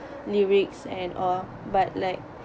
lyrics and all but like